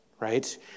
right